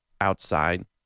outside